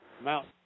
Mount